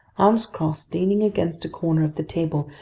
arms crossed, leaning against a corner of the table,